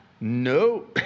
no